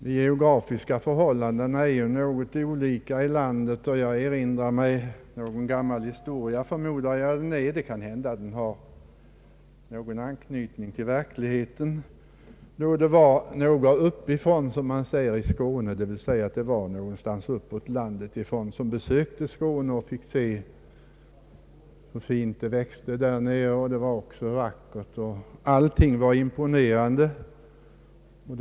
De geografiska förhållandena är något olika i landet. Jag erinrar mig en gammal historia, och det kan tänkas att den har någon anknytning till verkligheten. Det var några personer ”uppifrån” som man säger i Skåne, d.v.s. det var några uppifrån landet som besökte Skåne och som fick se hur fint det växte där nere, hur vackert allting var och hur imponerande det hela var.